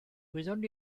wyddwn